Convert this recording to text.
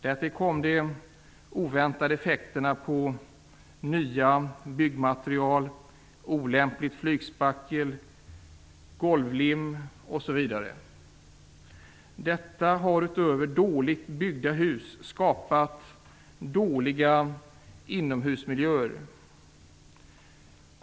Därtill kom de oväntade effekterna på nya byggmaterial, olämpligt flytspackel, golvlim osv. Detta har, utöver dåligt byggda hus, skapat dåliga inomhusmiljöer.